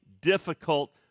difficult